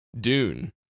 Dune